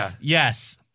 Yes